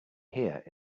here